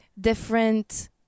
different